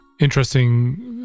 interesting